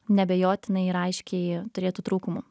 neabejotinai ir aiškiai turėtų trūkumų